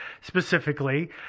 specifically